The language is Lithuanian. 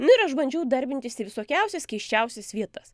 nu ir aš bandžiau darbintis į visokiausias keisčiausias vietas